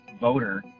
voter